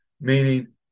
meaning